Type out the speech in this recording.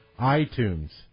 iTunes